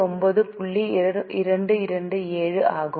227 ஆகும்